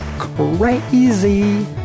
crazy